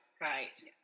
right